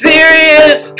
Serious